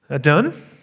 done